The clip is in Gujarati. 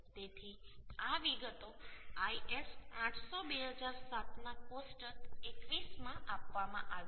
તેથી આ વિગતો IS 800 2007 ના કોષ્ટક 21 માં આપવામાં આવી છે